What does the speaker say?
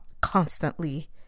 constantly